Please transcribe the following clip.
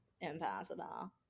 impossible